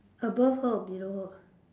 above her or below her